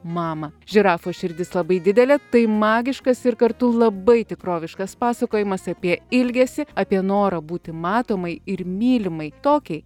mamą žirafų širdis labai didelė tai magiškas ir kartu labai tikroviškas pasakojimas apie ilgesį apie norą būti matomai ir mylimai tokiai